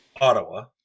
ottawa